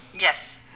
Yes